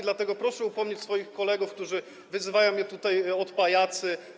dlatego proszę upomnieć swoich kolegów, którzy wyzywają mnie tutaj od pajaców.